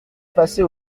passer